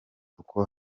boko